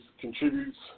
contributes